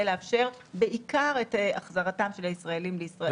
לאפשר בעיקר את החזרתם של הישראלים לישראל.